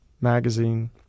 magazine